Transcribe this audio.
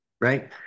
right